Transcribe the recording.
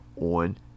on